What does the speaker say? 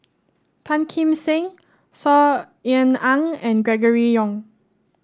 Tan Kim Seng Saw Ean Ang and Gregory Yong